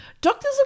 Doctors